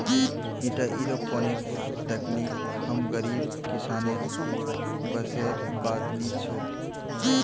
ईटा एयरोपोनिक्स तकनीक हम गरीब किसानेर बसेर बात नी छोक